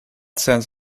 sends